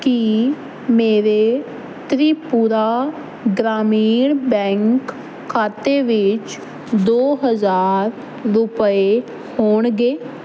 ਕੀ ਮੇਰੇ ਤ੍ਰਿਪੁਰਾ ਗ੍ਰਾਮੀਣ ਬੈਂਕ ਖਾਤੇ ਵਿੱਚ ਦੋ ਹਜ਼ਾਰ ਰੁਪਏ ਹੋਣਗੇ